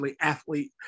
athlete